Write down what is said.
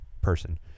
person